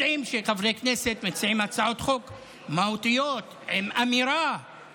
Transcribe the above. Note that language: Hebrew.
אתם יודעים שחברי הכנסת מציעים הצעות חוק מהותיות עם אמירה,